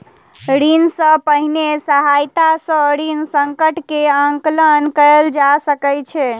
ऋण सॅ पहिने सहायता सॅ ऋण संकट के आंकलन कयल जा सकै छै